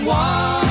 one